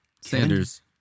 sanders